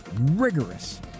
rigorous